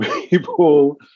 people